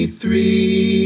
three